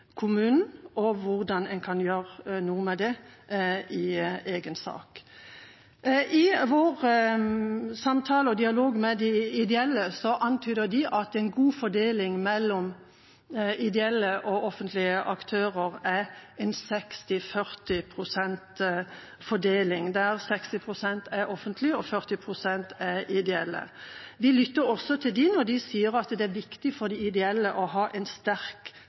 vår samtale og dialog med de ideelle antyder de at en god fordeling mellom ideelle og offentlige aktører er en 60–40 pst. fordeling, der 60 pst. er offentlige og 40 pst. er ideelle. Vi lytter også til dem når de sier at det er viktig for de ideelle å ha en sterk